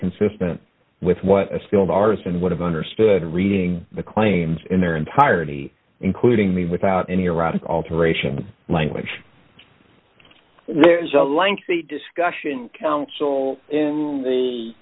consistent with what a skilled artisan would have understood reading the claims in their entirety including me without any erotic alteration language there is a lengthy discussion council in the